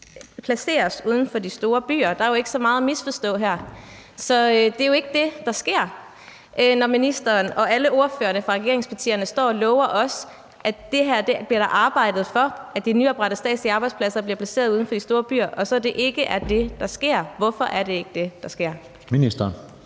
placeres uden for de store byer. Der er jo ikke så meget at misforstå her. Men det er jo ikke det, der sker, når ministeren og alle ordførerne fra regeringspartierne står og lover os, at der bliver arbejdet for det her, altså at de nyoprettede statslige arbejdspladser bliver placeret uden for de store byer. Det er ikke det, der sker. Hvorfor er det ikke det, der sker?